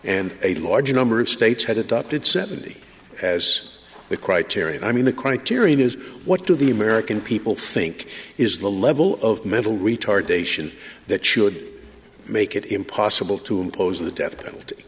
and a large number of states had adopted seventy as the criteria i mean the criterion is what do the american people think is the level of mental retardation that should make it impossible to impose the death penalty